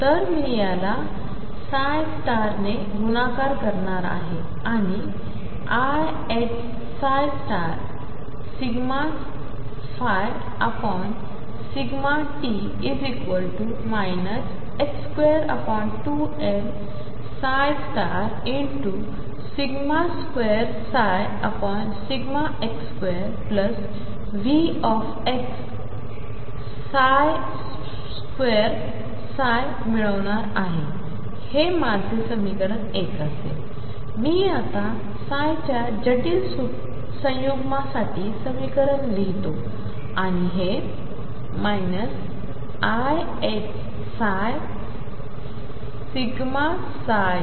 तर मीयाला ψनेगुणाकारकरणारआहेआणि iℏ∂ψ∂t 22m2x2Vxमिळवणारआहेहेमाझेसमीकरण 1 असेलमीआताच्याजटिलसंयुग्मासाठीसमीकरणलिहितोआणिहे iℏψ∂t 22m2x2Vxψ